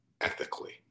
ethically